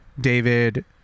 David